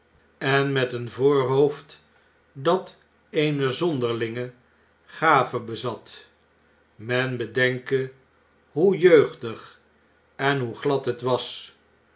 en met een voorhoofd dat eene zonderlinge gave bezat men bedenke hoe jeugdig en hoe glad het was